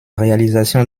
réalisation